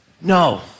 no